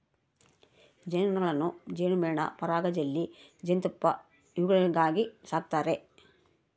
ಜೇನು ನೊಣಗಳನ್ನು ಜೇನುಮೇಣ ಪರಾಗ ಜೆಲ್ಲಿ ಜೇನುತುಪ್ಪ ಇವುಗಳಿಗಾಗಿ ಸಾಕ್ತಾರೆ